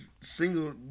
single